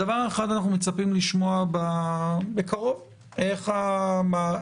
הדבר האחד שאנחנו מצפים לשמוע בקרוב איך המינהלת